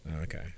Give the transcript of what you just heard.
okay